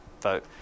vote